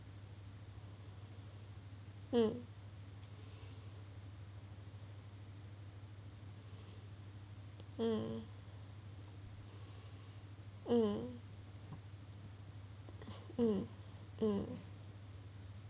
mm mm mm mm mm